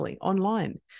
online